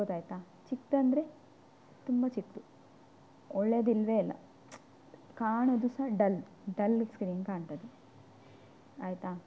ಹೌದಾಯಿತಾ ಚಿಕ್ದಂದರೆ ತುಂಬ ಚಿಕ್ಕದು ಒಳ್ಳೆಯದಿಲ್ವೇ ಇಲ್ಲ ಕಾಣುದು ಸಹ ಡಲ್ ಡಲ್ ಸ್ಕ್ರೀನ್ ಕಾಣ್ತದೆ ಆಯಿತಾ